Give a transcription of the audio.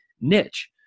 niche